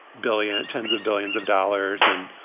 billions, tens of billions of dollars and,